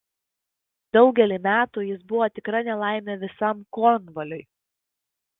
daugelį metų jis buvo tikra nelaimė visam kornvaliui